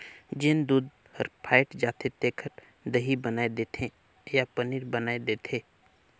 जेन दूद हर फ़ायट जाथे तेखर दही बनाय देथे या पनीर बनाय देथे